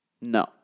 No